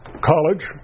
College